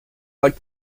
like